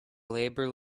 labor